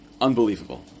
unbelievable